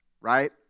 right